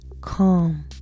calm